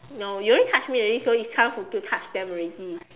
no you already touch me already so it's time to to touch them already